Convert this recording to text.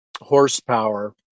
horsepower